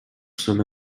sonna